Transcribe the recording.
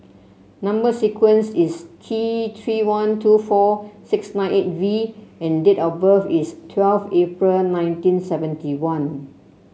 number sequence is T Three three one two four six nine eight V and date of birth is twelve April nineteen seventy one